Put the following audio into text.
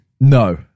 No